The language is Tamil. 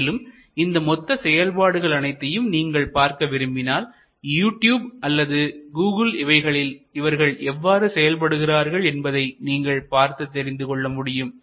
மேலும் இந்த மொத்த செயல்பாடுகள் அனைத்தையும் நீங்கள் பார்க்க விரும்பினால் யூடியூப் அல்லது கூகுள் இவைகளில் இவர்கள் எவ்வாறு செயல்படுகிறார்கள் என்பதை நீங்கள் பார்த்து தெரிந்து கொள்ள முடியும்